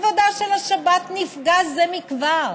כבודה של השבת נפגע זה מכבר.